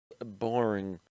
boring